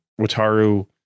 wataru